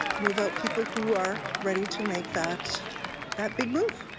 move out people who are ready to make that that big move.